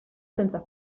sense